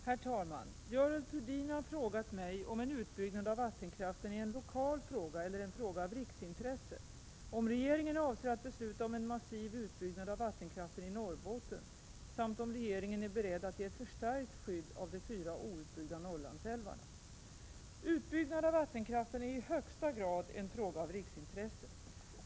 Herr talman! Görel Thurdin har frågat mig om en utbyggnad av vattenkraften är en lokal fråga eller en fråga av riksintresse, om regeringen avser att besluta om en massiv utbyggnad av vattenkraften i Norrbotten samt om regeringen är beredd att ge ett förstärkt skydd av de fyra outbyggda Norrlandsälvarna. Utbyggnad av vattenkraften är i högsta grad en fråga av riksintresse.